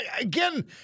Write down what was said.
Again